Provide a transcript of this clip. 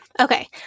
Okay